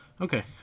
Okay